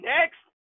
Next